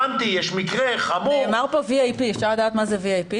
הבנתי שיש מקרה חמור -- נאמר פה VIP. אפשר לדעת מה זה VIP?